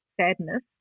sadness